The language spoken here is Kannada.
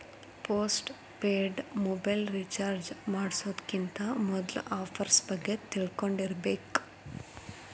ಪೋಸ್ಟ್ ಪೇಯ್ಡ್ ಮೊಬೈಲ್ ರಿಚಾರ್ಜ್ ಮಾಡ್ಸೋಕ್ಕಿಂತ ಮೊದ್ಲಾ ಆಫರ್ಸ್ ಬಗ್ಗೆ ತಿಳ್ಕೊಂಡಿರ್ಬೇಕ್